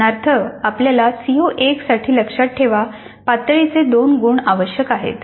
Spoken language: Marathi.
उदाहरणार्थ आपल्याला सीओ 1 साठी लक्षात ठेवा पातळीचे 2 गुण आवश्यक आहेत